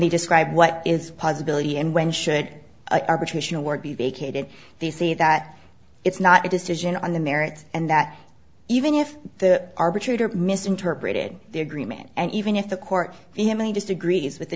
they describe what is possibility and when should a arbitration award be vacated they say that it's not a decision on the merits and that even if the arbitrator misinterpreted the agreement and even if the court disagrees with the